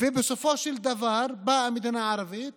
בסופו של דבר באה מדינה ערבית